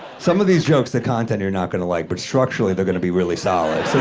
some of these jokes, the content you're not gonna like, but structurally, they're gonna be really solid. so,